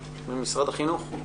אומנסקי, משרד החינוך.